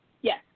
Yes